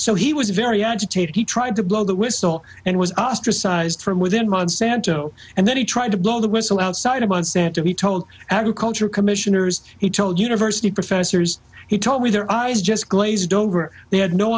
so he was very agitated he tried to blow the whistle and was ostracized from within monsanto and then he tried to blow the whistle outside of monsanto he told agriculture commissioners he told university professors he told me their eyes just glaze dover they had no